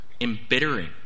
embittering